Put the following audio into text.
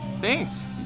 Thanks